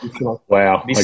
Wow